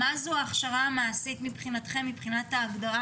הוועדה מבקשת מכם, מהמל"ג,